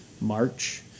March